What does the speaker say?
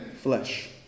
flesh